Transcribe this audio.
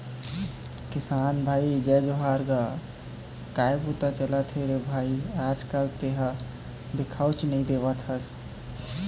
किसान भाई जय जोहार गा काय बूता चलत हे रे भई आज कल तो तेंहा दिखउच नई देवत हस?